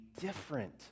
different